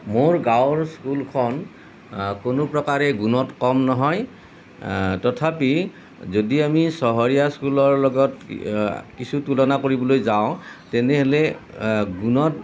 মোৰ গাঁৱৰ স্কুলখন কোনো প্ৰকাৰে গুণত কম নহয় তথাপি যদি আমি চহৰীয়া স্কুলৰ লগত কিছু তুলনা কৰিবলৈ যাওঁ তেনেহ'লে গুণত